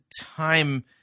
time